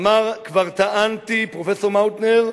אמר פרופסור מאוטנר,